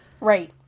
right